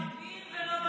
לא אביר ולא בטיח.